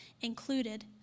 included